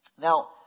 Now